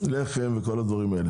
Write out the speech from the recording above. לחם וכל הדברים האלה.